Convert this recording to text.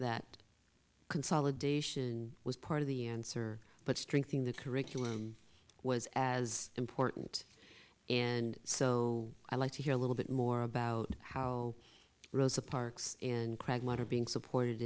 that consolidation was part of the answer but strength in the curriculum was as important and so i like to hear a little bit more about how rosa parks and craig what are being supported